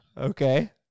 Okay